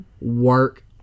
Work